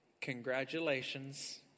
congratulations